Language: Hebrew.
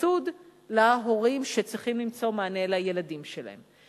סבסוד להורים שצריכים למצוא מענה לילדים שלהם.